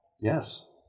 Yes